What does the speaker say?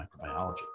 microbiology